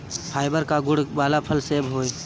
fibre कअ गुण वाला फल सेव हवे